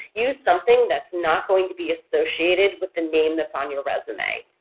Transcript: use something that's not going to be associated with the name that's on your resume.